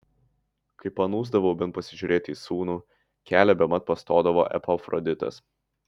kai panūsdavau bent pasižiūrėti į sūnų kelią bemat pastodavo epafroditas